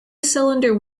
cylinder